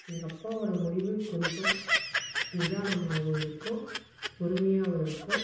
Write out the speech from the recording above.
எங்கள் அப்பாவோடய முடிவு கொஞ்சம் நிதானமாகவும் இருக்கும் பொறுமையாகவும் இருக்கும்